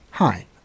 Hi